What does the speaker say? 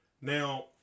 Now